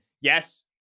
Yes